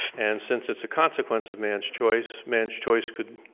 and since it's a consequence of man's choice, man's choice could